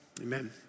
amen